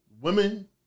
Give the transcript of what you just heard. women